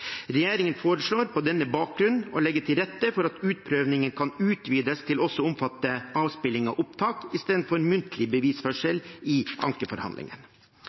Regjeringen foreslår på denne bakgrunn å legge til rette for at utprøvingen kan utvides til også å omfatte avspilling av opptak istedenfor muntlig bevisførsel i